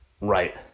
right